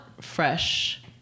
fresh